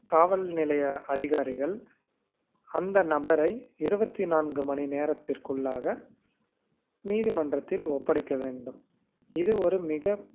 காவல்நிலைய அதிகாரிகள் அந்த நபரை இருபத்தி நான்கு மணி நேரத்திற்கு உள்ளாக நீதிமன்றத்தில் ஒப்படைக்க வேண்டும் இது ஒரு மிக